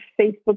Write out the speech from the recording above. Facebook